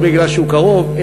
לא בגלל שהוא קרוב,